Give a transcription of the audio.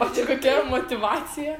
o tai kokia motyvacija